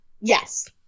Yes